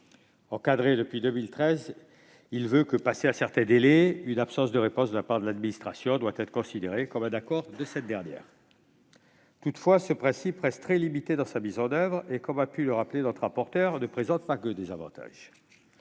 encadré depuis 2013, passé un certain délai, une absence de réponse de la part de l'administration doit être considérée comme un accord. Toutefois, ce principe reste très limité dans sa mise en oeuvre et, comme notre rapporteur a pu le rappeler, il ne présente pas que des avantages.